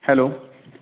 hello